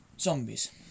zombies